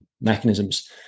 mechanisms